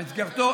אבל תענה,